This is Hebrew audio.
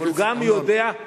הוא גם יודע לשים גבולות,